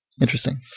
Interesting